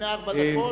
הנה ארבע דקות,